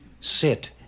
Sit